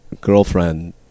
girlfriend